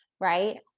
right